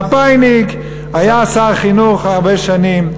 מפא"יניק, היה שר חינוך הרבה שנים.